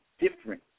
different